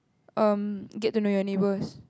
um get to know your neighbours